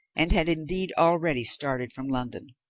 and had indeed already started from london.